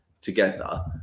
together